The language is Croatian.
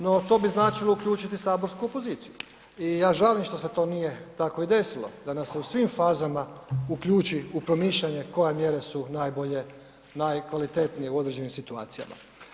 No to bi značilo uključiti saborsku opoziciju i ja žalim što se to nije tako i desilo, da nas se u svim fazama uključi u promišljanje koje mjere su najbolje, najkvalitetnije u određenim situacijama.